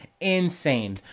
insane